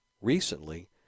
recently